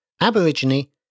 Aborigine